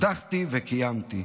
הבטחתי וקיימתי.